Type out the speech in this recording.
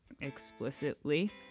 explicitly